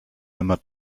immer